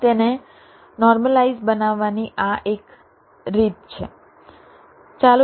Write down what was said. તેથી તેને નોર્મલાઇઝ બનાવવાની આ એક રીત છે